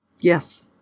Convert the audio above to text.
Yes